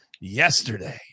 yesterday